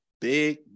big